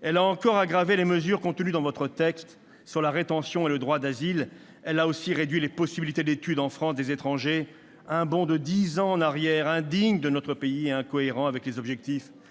Elle a encore aggravé les mesures contenues dans votre texte sur la rétention et le droit d'asile. Elle a aussi réduit les possibilités d'étude en France des étrangers, un bond de dix ans en arrière, indigne de notre pays et incohérent avec les objectifs